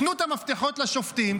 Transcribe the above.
תנו את המפתחות לשופטים,